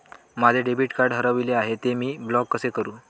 माझे debit card हरविले आहे, ते मी ब्लॉक कसे करु?